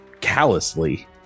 callously